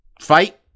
fight